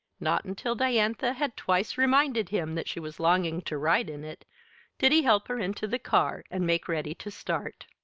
not until diantha had twice reminded him that she was longing to ride in it did he help her into the car and make ready to start.